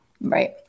right